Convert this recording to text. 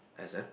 exam